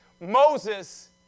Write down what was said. Moses